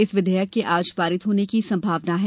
इस विधेयक के आज पारित होने की संभावना है